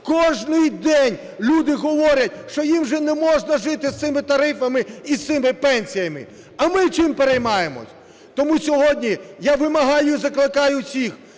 кожний день люди говорять, що їм вже не можна жити з цими тарифами і з цими пенсіями. А ми чим переймаємося? Тому сьогодні я вимагаю і закликаю всіх